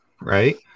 right